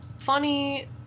funny